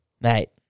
mate